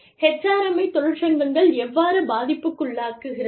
HRM மை தொழிற்சங்கங்கள் எவ்வாறு பாதிப்புக்குள்ளாக்குகிறது